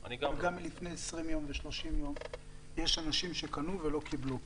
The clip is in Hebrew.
עדיין לפני 20 יום ו-30 יום יש אנשים שקנו ולא קיבלו.